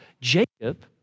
Jacob